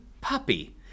Puppy